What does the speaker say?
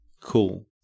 Cool